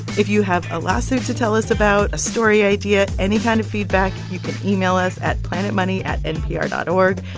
if you have a lawsuit to tell us about, a story idea, any kind of feedback, you can email us at planetmoney at npr dot o r